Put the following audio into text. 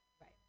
right